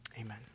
amen